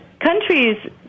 countries